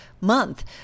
month